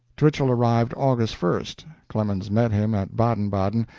twichell arrived august first. clemens met him at baden-baden,